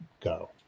go